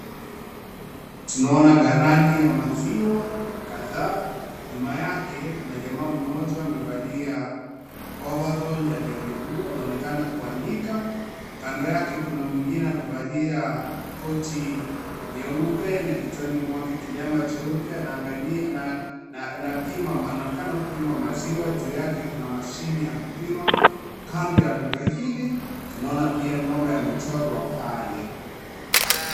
Tunaona kalani ya maziwa kadhaa. Nyuma yake kuna jamaa mmoja amevalia overall ya navy blue na anaonekana kuandika . Kando yake kuna mwingine amevalia koti nyeupe na kichwani mwake kilemba jeupe. Anaonekana kupima maziwa. Juu yake kuna mashini ya kipima. Kando ya Duka hili tunaona pia ng'ombe amechorwa pale.